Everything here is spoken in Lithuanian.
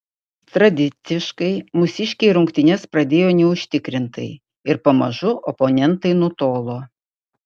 tradiciškai mūsiškiai rungtynes pradėjo neužtikrintai ir pamažu oponentai nutolo